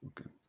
Okay